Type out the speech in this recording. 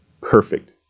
perfect